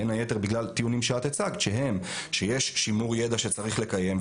בין היתר בגלל טיעונים שאת הצגת שהם שיש שימור ידע שצריך לקיים.